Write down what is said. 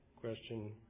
question